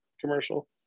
commercial